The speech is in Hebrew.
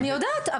אני יודעת,